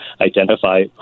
identify